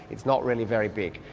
it's not really very big?